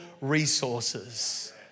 resources